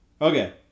Okay